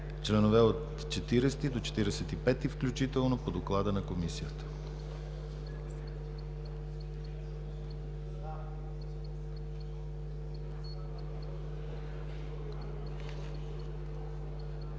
Членове от 40 до 45 включително по Доклада на Комисията